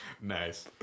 nice